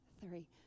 three